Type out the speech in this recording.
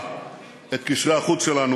מה עם התוכנית של הצפון והגליל?